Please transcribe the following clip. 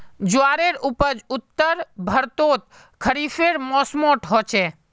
ज्वारेर उपज उत्तर भर्तोत खरिफेर मौसमोट होचे